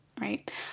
right